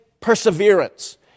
perseverance